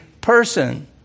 person